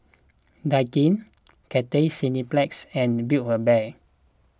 Daikin Cathay Cineplex and Build A Bear